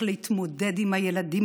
להתמודד עם הילדים,